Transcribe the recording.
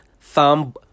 Thumb